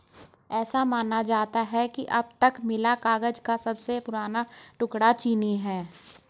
ऐसा माना जाता है कि अब तक मिला कागज का सबसे पुराना टुकड़ा चीनी है